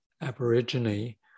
Aborigine